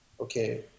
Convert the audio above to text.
okay